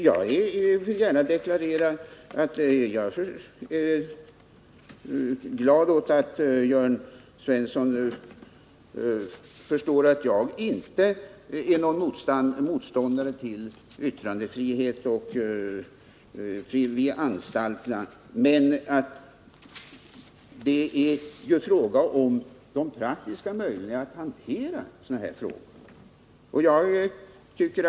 Jag vill gärna deklarera att jag är glad åt att Jörn Svensson förstår att jag inte är motståndare till yttrandefrihet vid anstalterna, men det är ju fråga om de praktiska möjligheterna att hantera sådana här saker.